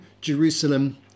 Jerusalem